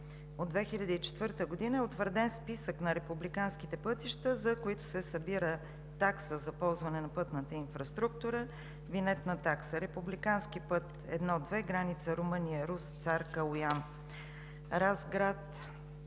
от 2004 г. е утвърден списък на републиканските пътища, за които се събира такса за ползване на пътната инфраструктура – винетна такса. Републикански път Ι-2 с граница Румъния – Русе – Цар Калоян – Разград